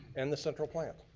and the central plant.